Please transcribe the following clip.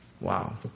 Wow